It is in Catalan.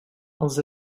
els